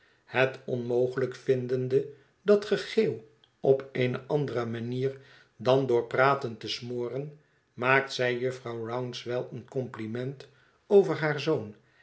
het onmogelijk vindende dat gegeeuw op eene andere manier dan door praten te smoren maakt zij jufvrouw rouncewell een compliment over haar zoon